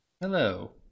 Hello